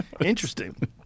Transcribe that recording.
Interesting